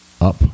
Up